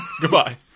goodbye